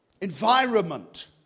environment